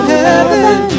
heaven